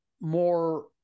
more